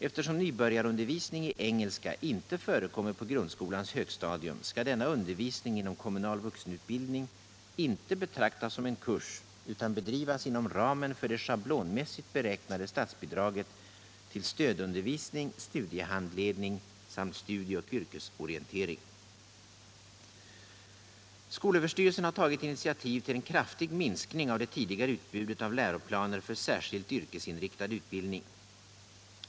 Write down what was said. Eftersom nybörjarundervisning i engelska inte förekommer på grundskolans högstadium, skall denna undervisning inom kommunal vuxenutbildning inte betraktas som en kurs utan bedrivas inom ramen för det schablonmässigt beräknade statsbidraget till stödundervisning, studiehandledning samt studieoch yrkesorientering. Skolöverstyrelsen har tagit initiativ till en kraftig minskning av det tidigare utbudet av läroplaner för särskilt yrkesinriktad utbildning.